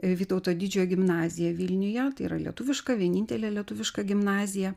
vytauto didžiojo gimnaziją vilniuje tai yra lietuviška vienintelė lietuviška gimnazija